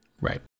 Right